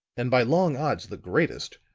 and by long odds the greatest,